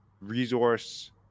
resource